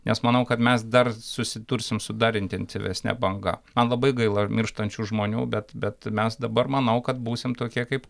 nes manau kad mes dar susidursim su dar intensyvesne banga man labai gaila mirštančių žmonių bet bet mes dabar manau kad būsim tokie kaip